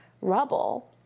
rubble